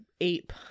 ape